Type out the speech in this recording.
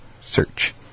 search